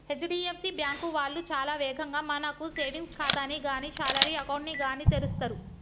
HDFC bank వాళ్ళు చాలా వేగంగా మనకు సేవింగ్స్ ఖాతాని గానీ శాలరీ అకౌంట్ ని గానీ తెరుస్తరు